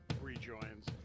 rejoins